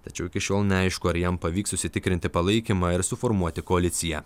tačiau iki šiol neaišku ar jam pavyks užsitikrinti palaikymą ir suformuoti koaliciją